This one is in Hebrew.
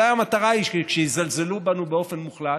אולי המטרה היא שכאשר יזלזלו בנו באופן מוחלט,